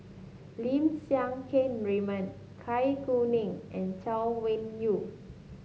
Lim Siang Keat Raymond Cai Kuning and Chay Weng Yew